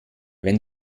wenn